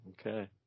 Okay